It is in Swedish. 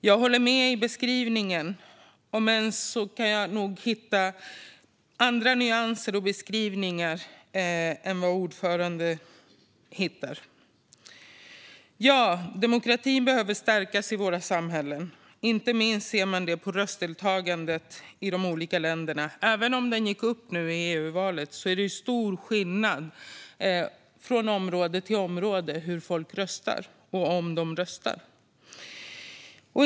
Jag håller med i beskrivningen, även om jag nog kan hitta andra nyanser och beskrivningar än vad ordföranden hittar. Ja - demokratin behöver stärkas i våra samhällen. Inte minst ser man det på röstdeltagandet i de olika länderna. Även om det gick upp nu i EU-valet är det stor skillnad från område till område på hur folk röstar och på om de röstar.